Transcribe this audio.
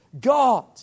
God